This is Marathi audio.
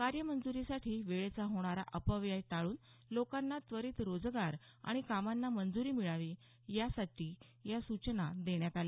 कार्य मंज्रीसाठी वेळेचा होणारा अपव्यय टाळून लोकांना त्वरित रोजगार आणि कामांना मंजुरी मिळावी यासाठी या सूचना देण्यात आल्या